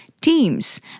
teams